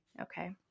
okay